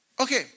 Okay